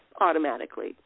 automatically